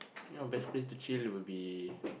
you know best place to chill will be